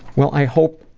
well i hope,